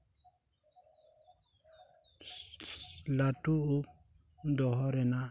ᱞᱟᱹᱴᱩ ᱩᱵ ᱫᱚᱦᱚ ᱨᱮᱱᱟᱜ